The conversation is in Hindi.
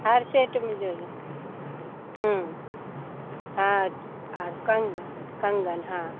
हार सेट में जो हाँ और कंगन कंगन हाँ